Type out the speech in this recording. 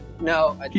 no